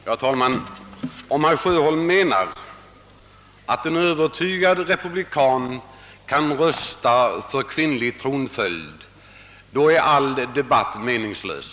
Herr talman! Om herr Sjöholm menar att en övertygad republikan kan rösta för kvinnlig tronföljd, då är all debatt meningslös.